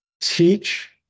Teach